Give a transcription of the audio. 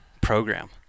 program